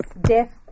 Death